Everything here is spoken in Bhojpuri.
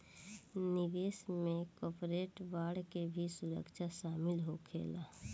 निवेश में कॉर्पोरेट बांड के भी सुरक्षा शामिल होखेला